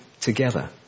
together